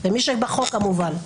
למי שבחוק כמובן.